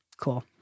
cool